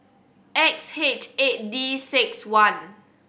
X H eight D six one